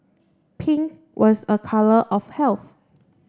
pink was a colour of health